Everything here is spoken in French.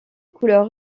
couleurs